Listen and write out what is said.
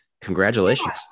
Congratulations